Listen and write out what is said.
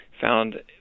found